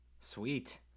Sweet